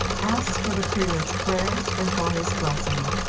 asked for the prelate's prayers and for his blessing.